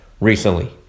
recently